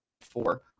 four